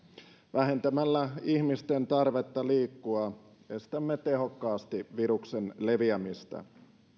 vähentämällä ihmisten tarvetta liikkua estämme tehokkaasti viruksen leviämistä